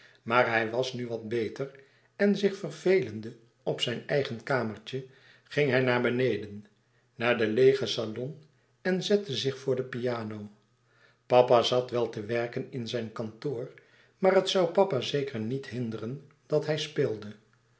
maar hij was nu wat beter en zich vervelende op zijn eigen kamertje ging hij naar beneden naar den leêgen salon en zette zich voor de piano papa zat wel te werken in zijn kantoor maar het zoû papa zeker niet hinderen dat hij speelde